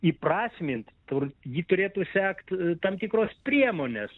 įprasmint tur ji turėtų sekt tam tikros priemonės